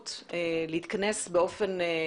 האפשרות להתכנס באופן